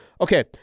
Okay